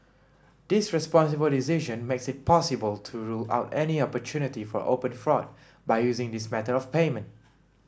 this responsible decision makes it possible to rule out any opportunity for open fraud by using this method of payment